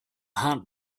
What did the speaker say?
heart